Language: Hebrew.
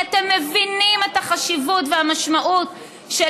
כי אתם מבינים את החשיבות והמשמעות של